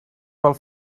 pel